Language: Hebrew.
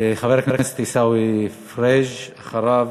חבר הכנסת עיסאווי פריג', ואחריו,